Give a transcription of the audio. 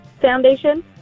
foundation